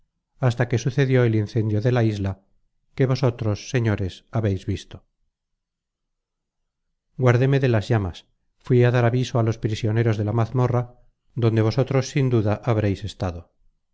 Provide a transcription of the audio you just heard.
hasta que sucedió el incendio de la isla que vosotros señores habeis visto guardéme de las llamas fuí á dar aviso á los prisioneros de la mazmorra donde vosotros sin duda habreis estado